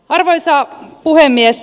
arvoisa puhemies